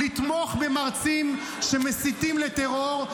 לתמוך במרצים שמסיתים לטרור.